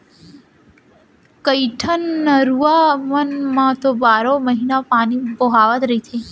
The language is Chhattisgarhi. कइठन नरूवा मन म तो बारो महिना पानी बोहावत रहिथे